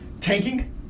tanking